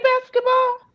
basketball